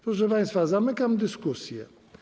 Proszę państwa, zamykam dyskusję.